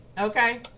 Okay